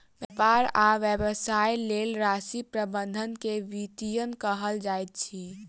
व्यापार आ व्यवसायक लेल राशि प्रबंधन के वित्तीयन कहल जाइत अछि